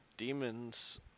Demons